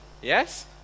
Yes